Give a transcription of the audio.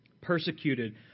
persecuted